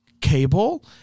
cable